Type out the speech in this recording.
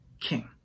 king